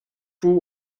two